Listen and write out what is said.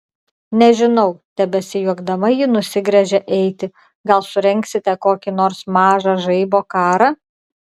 nežinau tebesijuokdama ji nusigręžė eiti gal surengsite kokį nors mažą žaibo karą